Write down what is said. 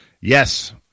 Yes